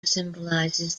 symbolises